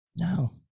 No